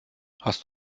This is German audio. hast